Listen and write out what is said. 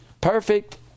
Perfect